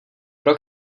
pro